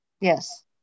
Yes